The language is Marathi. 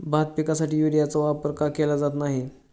भात पिकासाठी युरियाचा वापर का केला जात नाही?